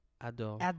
adore